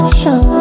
show